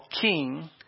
king